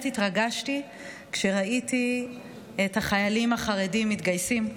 התרגשתי כשראיתי את החיילים החרדים מתגייסים.